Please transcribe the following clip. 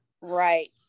Right